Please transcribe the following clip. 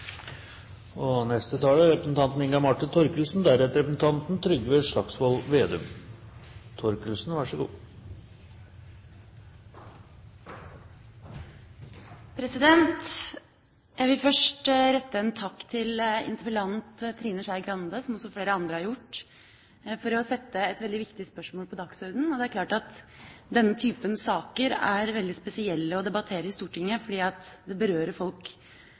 til interpellant Trine Skei Grande – som også flere andre har gjort – for å sette et veldig viktig spørsmål på dagsordenen. Det er klart at denne typen saker er veldig spesielle å debattere i Stortinget, fordi det berører folk